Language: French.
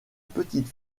petite